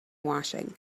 washing